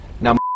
Now